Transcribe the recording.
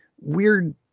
weird